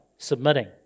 submitting